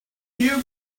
you